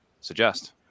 suggest